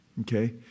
okay